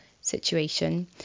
situation